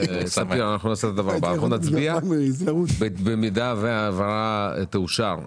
אין בררה, שהחברה באמת אין לה יכולת לשלם משכורות.